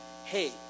Hey